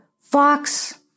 Fox